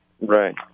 Right